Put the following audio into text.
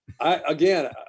again